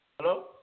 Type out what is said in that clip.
Hello